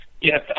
Yes